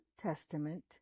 Testament